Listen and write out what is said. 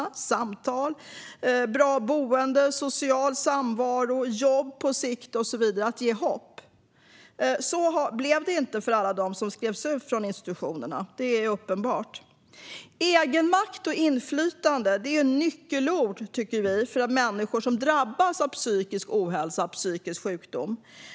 De behöver samtal, bra boende, social samvaro, på sikt jobb och så vidare. Det handlar om att ge hopp, och att det inte blev så för alla dem som skrevs ut från institutionerna är uppenbart. Egenmakt och inflytande tycker vi är nyckelord för människor som drabbas av psykisk ohälsa och psykisk sjukdom.